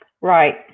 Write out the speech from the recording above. Right